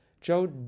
Joe